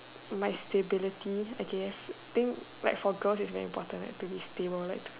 my stability I guess think like for girls its very important to be stable like